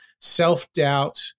self-doubt